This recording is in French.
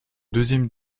deuxième